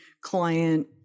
client